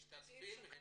משתתפים?